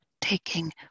taking